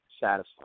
satisfied